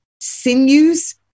sinews